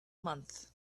month